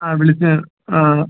ആ വിളിച്ച് ആ